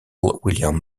william